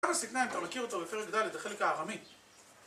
כאן הסכנה אם אתה מכיר אותו בפרק דלת, החלק הארמי.